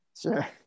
Sure